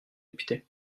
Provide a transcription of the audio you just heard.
député